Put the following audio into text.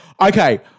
Okay